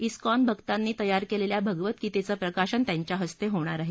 ISKCON भकांनी तयार केलेल्या भगवद्गीतेचं प्रकाशन त्यांच्या हस्ते होणार आहे